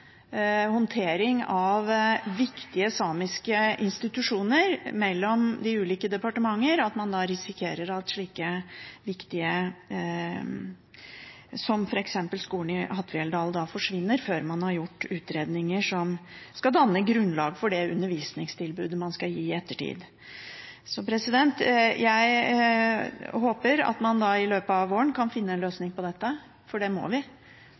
håndtering av viktige samiske institusjoner mellom de ulike departementer risikere at noe så viktig som f.eks. skolen i Hattfjelldal forsvinner, før man har gjort utredninger som skal danne grunnlag for det undervisningstilbudet man skal gi i ettertid. Jeg håper at man i løpet av våren kan finne en løsning på dette, for det må vi.